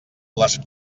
les